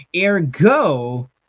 Ergo